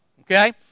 Okay